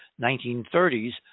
1930s